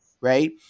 right